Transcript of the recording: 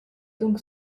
donc